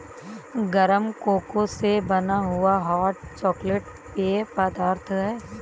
गरम कोको से बना हुआ हॉट चॉकलेट पेय पदार्थ है